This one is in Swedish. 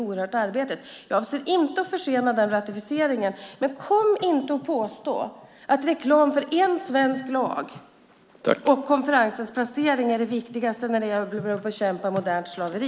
Jag avser inte att försena ratificeringen, men kom inte och påstå att reklam för en svensk lag och konferensens placering är det viktigaste när det gäller att bekämpa modernt slaveri.